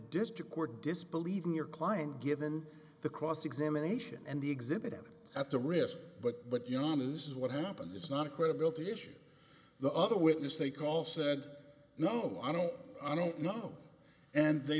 district court disbelieving your client given the cross examination and the exhibit at the risk but what yama this is what happened is not a credibility issue the other witness they call said no i don't i don't know and they